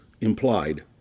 implied